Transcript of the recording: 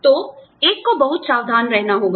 तो एक को बहुत सावधान रहना होगा